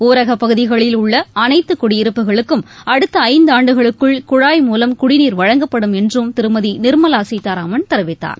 ஊரகப்பகுதிகளில் உள்ள அனைத்து குடியிருப்புகளுக்கும் அடுத்த ஐந்தாண்டுகளுக்குள் குழாய் மூலம் குடிநீர் வழங்கப்படும் என்றும் திருமதி நிர்மலா சீதாராமன் தெரிவித்தார்